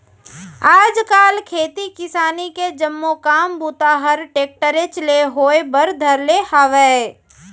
आज काल खेती किसानी के जम्मो काम बूता हर टेक्टरेच ले होए बर धर ले हावय